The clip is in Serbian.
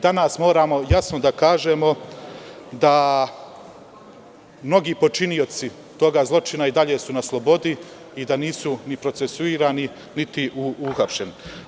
Danas moramo jasno da kažemo da mnogi počinioci tog zločina i dalje su na slobodi i da nisu procesuirani niti uhapšeni.